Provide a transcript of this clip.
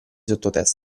sottotesto